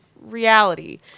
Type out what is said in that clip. reality